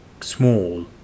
small